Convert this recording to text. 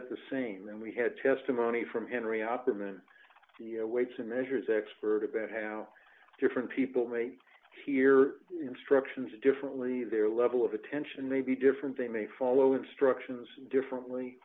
it the same then we had testimony from henry opperman weights and measures expert about how different people may hear instructions differently their level of attention may be different they may follow instructions differently